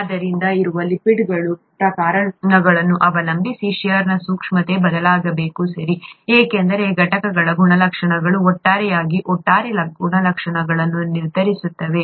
ಆದ್ದರಿಂದ ಇರುವ ಲಿಪಿಡ್ಗಳ ಪ್ರಕಾರಗಳನ್ನು ಅವಲಂಬಿಸಿ ಷೇರ್ನ ಸೂಕ್ಷ್ಮತೆಯು ಬದಲಾಗಬೇಕು ಸರಿ ಏಕೆಂದರೆ ಘಟಕಗಳ ಗುಣಲಕ್ಷಣಗಳು ಒಟ್ಟಾರೆಯಾಗಿ ಒಟ್ಟಾರೆ ಗುಣಲಕ್ಷಣಗಳನ್ನು ನಿರ್ಧರಿಸುತ್ತವೆ